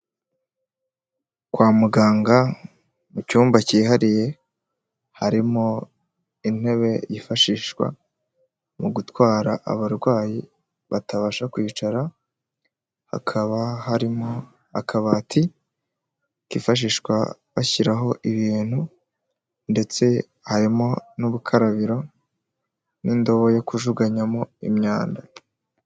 Kwa muganga mu cyumba cyihariye, harimo intebe yifashishwa mu gutwara abarwayi batabasha kwicara, hakaba harimo akabati kifashishwa bashyiraho ibintu ndetse harimo n'urukarabiro n'indobo yo kujugunyamo imyanda.